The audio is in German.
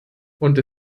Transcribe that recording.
und